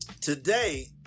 today